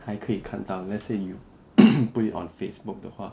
还可以看到 let's say you put it on facebook 的话